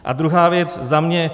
A druhá věc za mě.